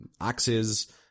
axes